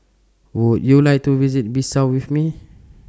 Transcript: Would YOU like to visit Bissau with Me